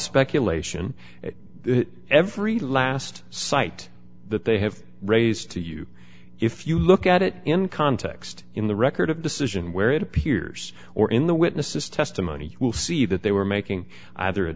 speculation every last site that they have raised to you if you look at it in context in the record of decision where it appears or in the witness's testimony will see that they were making either a